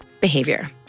behavior